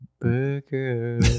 Burger